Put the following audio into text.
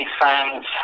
fans